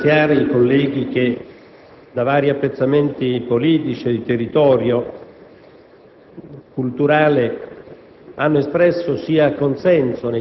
innanzitutto mi sia consentito ringraziare i colleghi che da vari appezzamenti politici e di territorio